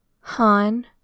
Han